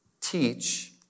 teach